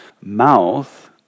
mouth